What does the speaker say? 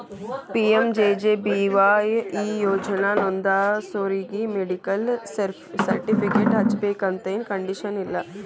PMJJBY ಈ ಯೋಜನಾ ನೋಂದಾಸೋರಿಗಿ ಮೆಡಿಕಲ್ ಸರ್ಟಿಫಿಕೇಟ್ ಹಚ್ಚಬೇಕಂತೆನ್ ಕಂಡೇಶನ್ ಇಲ್ಲ